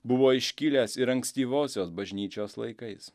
buvo iškilęs ir ankstyvosios bažnyčios laikais